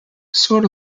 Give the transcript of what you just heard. sort